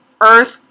earth